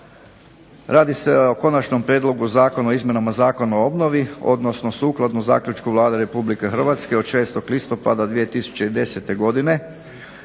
Radi se o Konačnom prijedlogu Zakona o izmjenama Zakona obnovi, odnosno sukladno zaključku Vlade Republike Hrvatske od 6. listopada 2010. godine